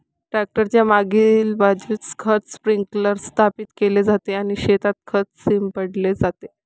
tractor च्या मागील बाजूस खत स्प्रिंकलर स्थापित केले जाते आणि शेतात खत शिंपडले जाते